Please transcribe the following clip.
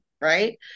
right